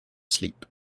sleep